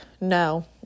no